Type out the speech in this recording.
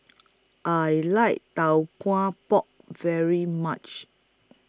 I like Tau Kwa Pau very much